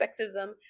sexism